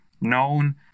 known